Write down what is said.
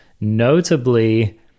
Notably